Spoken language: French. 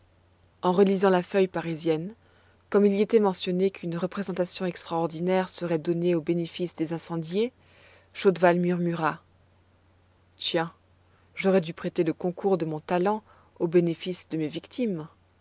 en relisant la feuille parisienne comme il y était mentionné qu'une représentation extraordinaire serait donnée au bénéfice des incendiés chaudval murmura tiens j'aurais dû prêter le concours de mon talent au bénéfice de mes victimes